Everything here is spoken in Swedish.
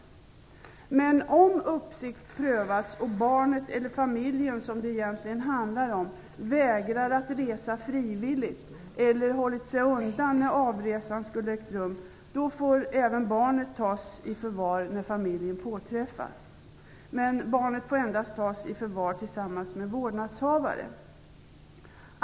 Men om tillvägagångssättet att ställa barn under uppsikt prövats och om barnet, eller familjen som det egentligen handlar om, vägrar att resa frivilligt eller hållit sig undan när avresan skulle ägt rum, får även barnet tas i förvar när familjen påträffas. Barnet får dock endast tas i förvar tillsammans med vårdnadshavare.